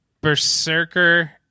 Berserker